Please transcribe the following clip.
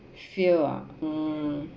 fear ah mm